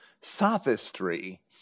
sophistry